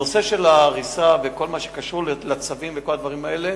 הנושא של ההריסה וכל מה שקשור לצווים וכל הדברים האלה,